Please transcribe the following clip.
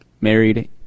married